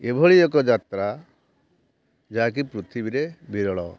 ଏଭଳି ଏକ ଯାତ୍ରା ଯାହାକି ପୃଥିବୀରେ ବିରଳ